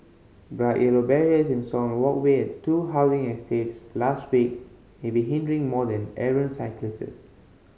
bright yellow barriers installed on walkway at two housing estates last week may be hindering more than errant cyclists